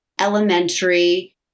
elementary